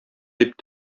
дип